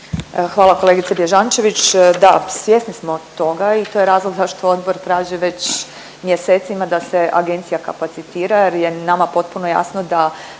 Hvala kolegice Bježančević. Da, svjesni smo toga i to je razlog zašto odbor traži već mjesecima da se agencija kapacitira jer je nama potpuno jasno da